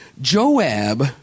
Joab